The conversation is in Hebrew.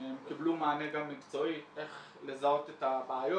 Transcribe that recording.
הם קיבלו מענה גם מקצועי איך לזהות את הבעיות.